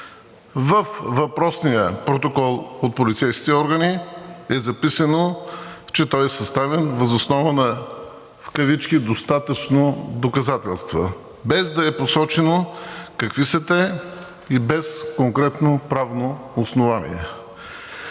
Във въпросния протокол от полицейските органи е записано, че той е съставен въз основа на достатъчно доказателства, без да е посочено какви са те и без конкретно правно основание.